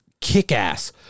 Kick-Ass